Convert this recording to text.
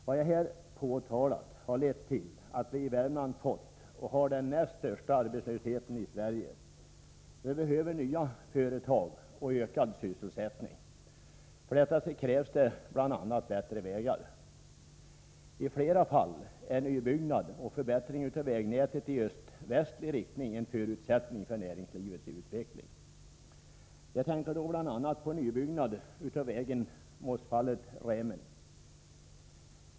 Vad jag har påtalat har lett till att vi i Värmland fått och har den näst största arbetslösheten i Sverige. Vi behöver nya företag och ökad sysselsättning. För detta krävs bl.a. bättre vägar. Iflera fall är nybyggnad och förbättring av vägnätet i öst-västlig riktning en förutsättning för näringslivets utveckling. Jag tänker då bl.a. på nybyggnad av vägen Mossfallet-Rämen.